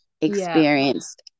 experienced